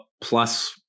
plus-